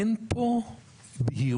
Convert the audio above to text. אין פה בגירות,